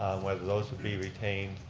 whether those would be retained.